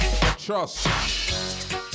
Trust